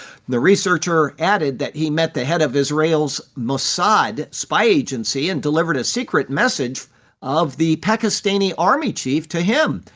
the researcher added that he met the head of israel's mossad spy agency and delivered a secret message of the pakistani army chief to him.